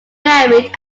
married